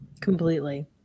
Completely